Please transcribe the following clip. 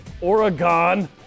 Oregon